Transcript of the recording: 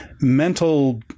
mental